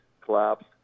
collapsed